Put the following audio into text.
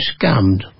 scammed